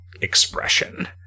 expression